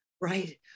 right